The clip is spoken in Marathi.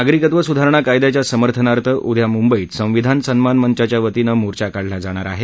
नागरिकत्व स्धारणा कायद्याच्या समर्थनार्थ उद्या म्ंबईत संविधान सन्मान मंचाच्या वतीनं मोर्चा काढण्यात येणार आहे